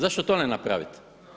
Zašto to ne napravite?